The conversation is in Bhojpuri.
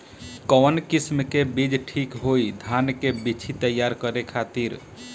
कवन किस्म के बीज ठीक होई धान के बिछी तैयार करे खातिर?